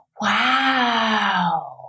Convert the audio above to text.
Wow